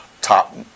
top